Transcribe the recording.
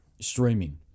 streaming